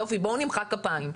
יופי, בואו נמחא כפיים.